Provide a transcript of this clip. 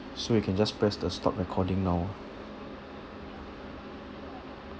so you can just press the stop recording now